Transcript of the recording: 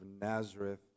Nazareth